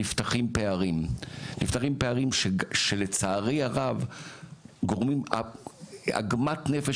נפתחים פערים שלצערי הרב גורמים עוגמת נפש,